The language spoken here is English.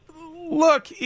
look